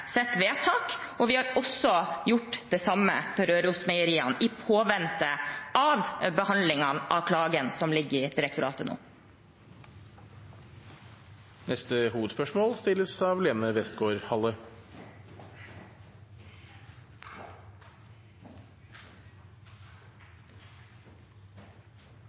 vedtak, og vi har også gjort det samme for Rørosmeieriet, i påvente av behandlingen av klagen som ligger i direktoratet nå. Vi går til neste hovedspørsmål.